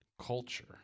culture